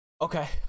Okay